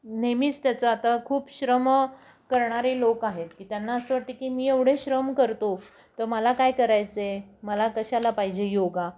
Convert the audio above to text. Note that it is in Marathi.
नेहमीच त्याचं आता खूप श्रम करणारे लोक आहेत की त्यांना असं वाटते की मी एवढे श्रम करतो तर मला काय करायचं आहे मला कशाला पाहिजे योगा